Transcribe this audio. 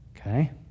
Okay